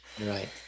Right